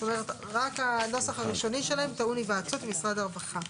זאת אומרת רק הנוסח הראשוני שלהן טעון היוועצות עם משרד הרווחה.